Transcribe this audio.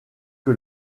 que